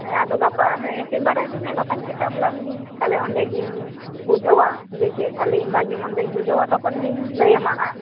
ᱦᱮᱸ ᱟᱫᱚ ᱜᱟᱯᱟ ᱦᱮᱸ ᱪᱮᱢᱵᱟᱨ ᱨᱮ ᱦᱤᱡᱩᱜ ᱢᱮ ᱜᱟᱯᱟᱧ ᱪᱮᱠᱟᱯᱞᱮᱢ ᱜᱮ ᱛᱟᱦᱚᱞᱮ ᱚᱸᱰᱮᱜᱮᱧ ᱵᱩᱡᱷᱟᱹᱣᱟ ᱡᱮ ᱪᱮᱫ ᱛᱟᱦᱚᱞᱮ ᱤᱧ ᱵᱷᱟᱜᱮ ᱢᱚᱱᱫᱚᱧ ᱵᱩᱡᱷᱟᱹᱣᱟ ᱛᱚᱠᱷᱚᱱᱜᱮᱧ ᱞᱟᱹᱭᱟᱢᱟ ᱦᱟᱸᱜ